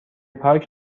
پارک